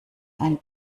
ein